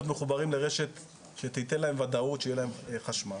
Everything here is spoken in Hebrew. מחוברים לרשת שתיתן להם וודאות שיהיה להם חשמל.